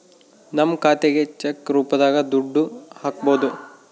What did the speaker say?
ನಮ್ ಖಾತೆಗೆ ಚೆಕ್ ರೂಪದಾಗ ದುಡ್ಡು ಹಕ್ಬೋದು